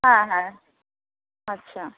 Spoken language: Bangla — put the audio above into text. হ্যাঁ হ্যাঁ আচ্ছা